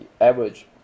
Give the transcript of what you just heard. average